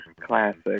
Classic